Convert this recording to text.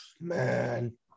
man